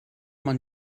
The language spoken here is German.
man